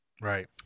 Right